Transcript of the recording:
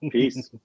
Peace